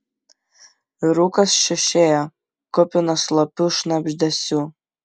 rūkas šiušėjo kupinas slopių šnabždesių